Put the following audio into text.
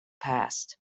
past